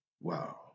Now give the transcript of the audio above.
Wow